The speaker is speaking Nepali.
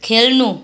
खेल्नु